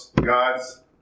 God's